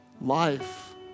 life